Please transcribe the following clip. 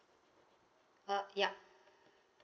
uh yup